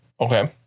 okay